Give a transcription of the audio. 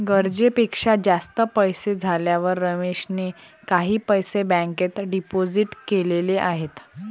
गरजेपेक्षा जास्त पैसे झाल्यावर रमेशने काही पैसे बँकेत डिपोजित केलेले आहेत